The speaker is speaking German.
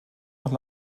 auch